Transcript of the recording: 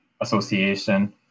association